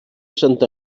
santa